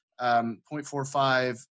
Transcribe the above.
0.45